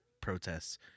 protests